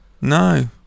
no